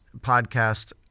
podcast